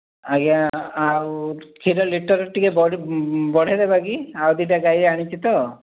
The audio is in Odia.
ଆଜ୍ଞା ଆଉ କ୍ଷୀର ଲିଟର୍ ଟିକିଏ ବଢ଼େଇଦେବା କିି ଆଉ ଦୁଇଟା ଗାଈ ଆଣିଛି ତ